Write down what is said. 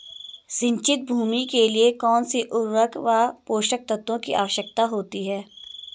सिंचित भूमि के लिए कौन सी उर्वरक व पोषक तत्वों की आवश्यकता होती है?